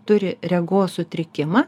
turi regos sutrikimą